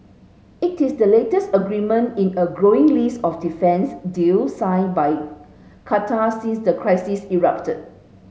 it is the latest agreement in a growing list of defence deals signed by Qatar since the crisis erupted